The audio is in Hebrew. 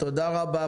תודה רבה,